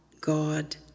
God